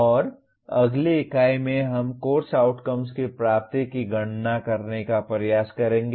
और अगली इकाई में हम कोर्स आउटकम्स की प्राप्ति की गणना करने का प्रयास करेंगे